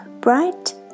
bright